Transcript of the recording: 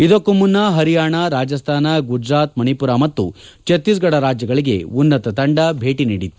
ಇದಕ್ಕೂ ಮುನ್ನ ಹರಿಯಾಣ ರಾಜಸ್ತಾನ ಗುಜರಾತ್ ಮಣಿಪುರ ಮತ್ತು ಛತ್ತೀಸ್ಗಡ ರಾಜ್ಯಗಳಿಗೆ ಉನ್ನತ ತಂಡ ಭೇಟ ನೀಡಿತ್ತು